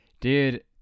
dude